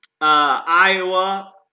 Iowa